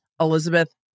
Elizabeth